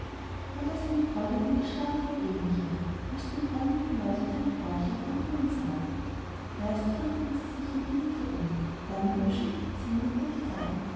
war das eine freude und ein geschrei unter den engelchen als sie den braunen nikolaus mit seinem grauchen ankommen sahen erst fürchteten sie sich ein wenig vor ihm dann überschütteten sie ihn mit neckereien